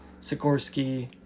Sikorsky